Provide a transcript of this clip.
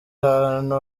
hantu